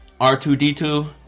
R2D2